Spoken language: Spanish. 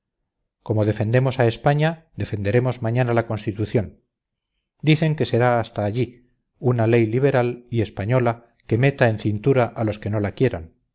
como defendemos a españa defenderemos mañana la constitución dicen que será hasta allí una ley liberal y española que meta en cintura a los que no la quieran